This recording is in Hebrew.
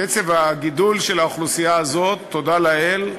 קצב הגידול של האוכלוסייה הזאת, תודה לאל,